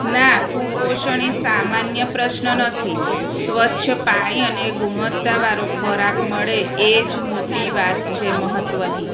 ના કુપોષણ એ સામાન્ય પ્રશ્ન નથી સ્વચ્છ પાણી અને ગુણવત્તાવાળો ખોરાક મળે એ જ મોટી વાત છે મહત્ત્વની